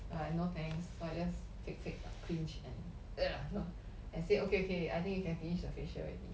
I'm like no thanks so I just fake fake a cringe and ugh and said okay okay I think you can finish the facial already